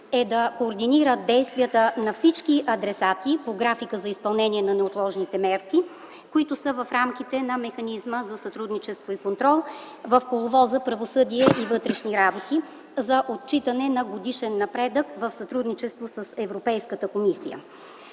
е да координира действията на всички адресати по графика за изпълнение на неотложните мерки, които са в рамките на механизма за сътрудничество и контрол в коловоза „Правосъдие и вътрешни работи” за отчитане на годишен напредък в сътрудничество с Европейската комисия.